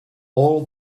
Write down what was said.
all